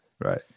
Right